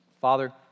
Father